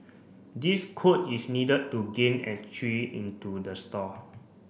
this code is needed to gain entry into the store